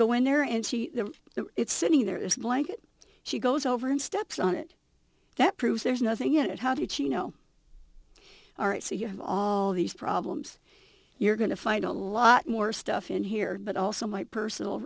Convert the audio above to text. go in there and it's sitting there is a blanket she goes over and steps on it that proves there's nothing in it how did she know all right so you have all these problems you're going to find a lot more stuff in here but also my personal